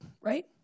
Right